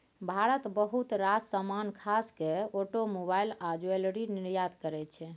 भारत बहुत रास समान खास केँ आटोमोबाइल आ ज्वैलरी निर्यात करय छै